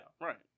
right